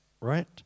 right